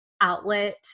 outlet